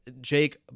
Jake